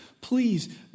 please